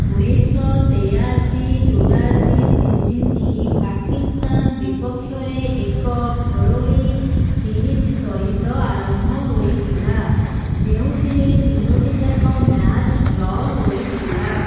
ଉଣେଇଶ ତେୟାଅଶି ଚଉରାଅଶି ସିଜନଟି ପାକିସ୍ତାନ ବିପକ୍ଷରେ ଏକ ଘରୋଇ ସିରିଜ ସହିତ ଆରମ୍ଭ ହୋଇଥିଲା ଯେଉଁଥିରେ ତିନୋଟି ଜାକ ମ୍ୟାଚ୍ ଡ୍ର ହୋଇଥିଲା